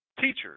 teachers